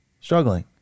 struggling